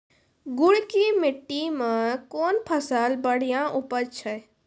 गुड़ की मिट्टी मैं कौन फसल बढ़िया उपज छ?